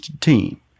team